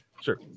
Sure